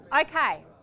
Okay